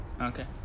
Okay